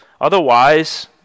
Otherwise